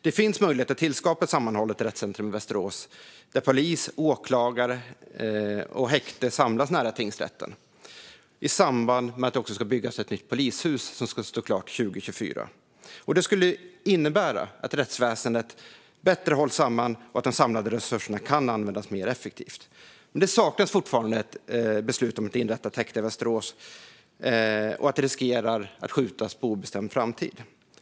Det finns möjligheter att tillskapa ett sammanhållet rättscentrum i Västerås där polis, åklagare och häkte samlas nära tingsrätten i samband med att ett nytt polishus ska byggas, vilket ska stå klart 2024. Detta skulle innebära att rättsväsendet bättre hålls samman och att de samlade resurserna kan användas mer effektivt. Men fortfarande saknas beslut om att inrätta ett häkte i Västerås, och det riskerar att skjutas upp på obestämd framtid.